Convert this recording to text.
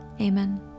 Amen